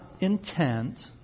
intent